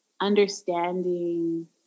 understanding